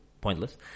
pointless